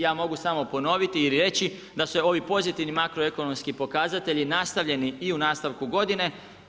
Ja mogu samo ponoviti i reći da su ovi pozitivni makro ekonomski pokazatelji nastavljeni i u nastavku godine.